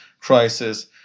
crisis